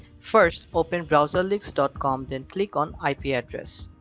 first open browser leaks dot com, then click on ip yeah address.